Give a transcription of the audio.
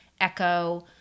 Echo